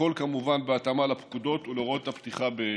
הכול כמובן בהתאמה לפקודות ולהוראות הפתיחה באש.